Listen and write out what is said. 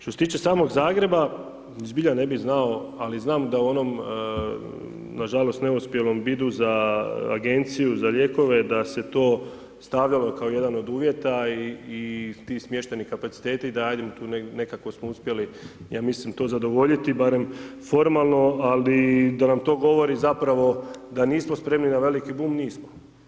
Što se tiče samog Zagreba, zbija ne bih znao, ali znam da onom nažalost neuspjelom bidu za agenciju za lijekove da se to stavljalo kao jedan od uvjeta, i ti smještajni kapaciteti da, ajde, tu nekako smo uspjeli, ja mislim, to zadovoljiti barem formalno, ali da nam to govori zapravo da nismo spremni na veliki bum, nismo.